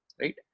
right